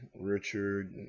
Richard